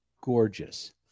gorgeous